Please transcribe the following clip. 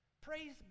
Praise